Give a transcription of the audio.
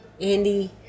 Andy